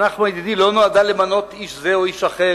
נחמן ידידי, לא נועדה למנות איש זה או איש אחר.